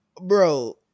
bro